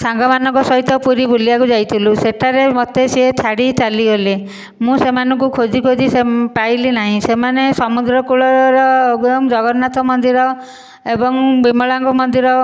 ସାଙ୍ଗମାନଙ୍କ ସହିତ ପୁରୀ ବୁଲିବାକୁ ଯାଇଥିଲୁ ସେଠାରେ ମୋତେ ସିଏ ଛାଡ଼ି ଚାଲିଗଲେ ମୁଁ ସେମାନଙ୍କୁ ଖୋଜି ଖୋଜି ପାଇଲି ନାହିଁ ସେମାନେ ସମୁଦ୍ରକୂଳର ଏବଂ ଜଗନ୍ନାଥ ମନ୍ଦିର ଏବଂ ବିମଳାଙ୍କ ମନ୍ଦିର